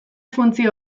funtzio